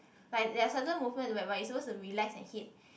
like there are certain movement whereby you are supposed to relax and hit